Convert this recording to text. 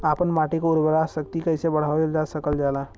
आपन माटी क उर्वरा शक्ति कइसे बढ़ावल जा सकेला?